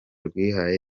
rwihaye